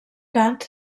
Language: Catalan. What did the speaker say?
kant